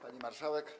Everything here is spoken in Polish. Pani Marszałek!